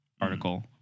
article